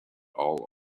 all